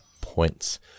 points